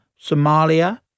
Somalia